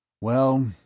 Well